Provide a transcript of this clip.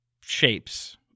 shapes